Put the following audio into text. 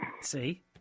See